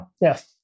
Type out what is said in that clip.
Yes